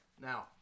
now